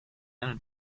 ein